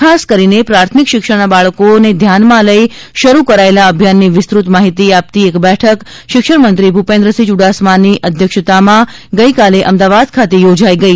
ખાસ કરીને પ્રાથમિક શિક્ષણના બાળકો ધ્યાનમાં લઇ શરૂ થયેલા અભિયાનની વિસ્ત્રત માહિતી આપતી એક બેઠક શિક્ષણમંત્રીશ્રી ભૂપેન્દ્રસિંહ ચુડાસમાની ઉપસ્થિતિમાં ગઇકાલે અમદાવાદ ખાતે યોજાઈ ગઈ